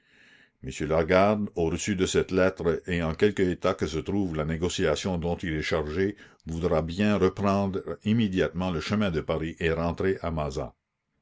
lagarde au reçu de cette lettre et en quelque état que se trouve la négociation dont il est chargé voudra bien reprendre immédiatement le chemin de paris et rentrer à mazas